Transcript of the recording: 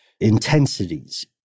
intensities